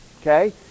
Okay